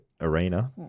arena